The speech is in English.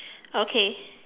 okay